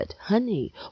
honey